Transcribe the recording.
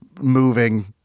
moving